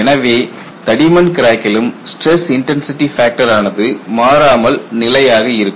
எனவே தடிமன் கிராக்கிலும் ஸ்டிரஸ் இன்டன்சிடி ஃபேக்டர் ஆனது மாறாமல் நிலையாக இருக்கும்